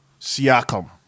Siakam